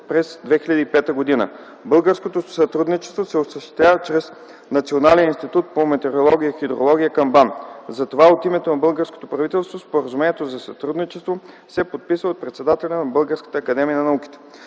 през 2005 г. Българското сътрудничество се осъществява чрез Националния институт по метеорология и хидрология към БАН. Затова от името на българското правителство споразумението за сътрудничество се подписа от председателя на БАН. Споразумението